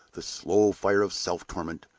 the slow fire of self-torment,